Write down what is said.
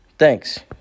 Thanks